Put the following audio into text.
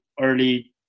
early